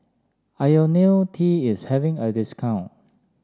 IoniL T is having a discount